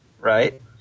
Right